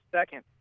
second